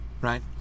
right